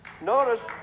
Notice